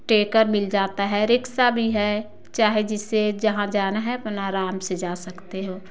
tanker मिल जाता है रिक्शा भी है चाहे जिससे जहाँ जाना है अपना आराम से जा सकते हो